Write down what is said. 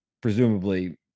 presumably